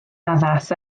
addas